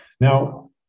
Now